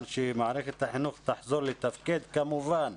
שמערכת החינוך תחזור לתפקד כמובן,